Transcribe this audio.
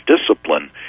discipline